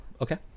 Okay